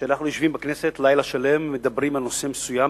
שאנחנו יושבים בכנסת לילה שלם ומדברים על נושא מסוים,